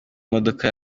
imodoka